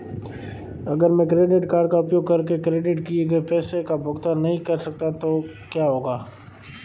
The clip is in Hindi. अगर मैं क्रेडिट कार्ड का उपयोग करके क्रेडिट किए गए पैसे का भुगतान नहीं कर सकता तो क्या होगा?